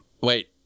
Wait